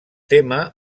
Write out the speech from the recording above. tema